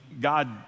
God